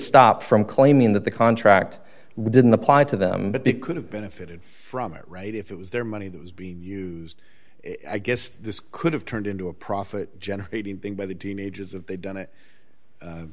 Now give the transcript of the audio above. stop from claiming that the contract didn't apply to them but big could have benefited from it right if it was their money that was being used i guess this could have turned into a profit generating thing by the teenagers have done it